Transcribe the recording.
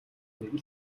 нэг